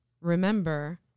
remember